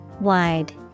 Wide